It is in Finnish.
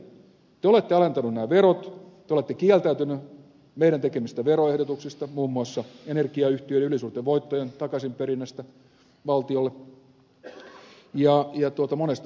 te olette alentaneet nämä verot te olette kieltäytyneet meidän tekemistämme veroehdotuksista muun muassa energiayhtiöiden ylisuurten voittojen takaisinperinnästä valtiolle ja monesta muusta